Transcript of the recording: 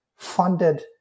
funded